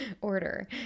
order